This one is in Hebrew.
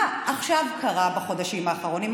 מה קרה בחודשים האחרונים?